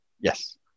Yes